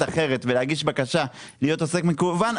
אחרת ולהגיש בקשה להיות עוסק מקוון,